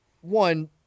one